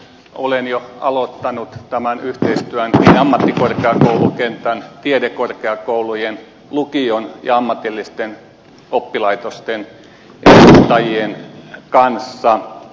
olen jo aloittanut tämän yhteistyön niin ammattikorkeakoulukentän tiedekorkeakoulujen kuin lukion ja ammatillisten oppilaitosten edustajien kanssa